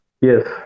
Yes